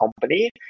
company